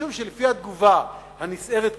משום שלפי התגובה, הנסערת קמעה,